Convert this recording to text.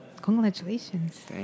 congratulations